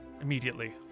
immediately